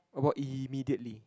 about immediately